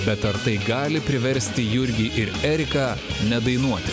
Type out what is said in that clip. bet ar tai gali priversti jurgį ir eriką nedainuoti